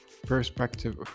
Perspective